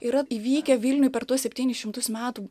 yra įvykę vilniuj per tuos septynis šimtus metų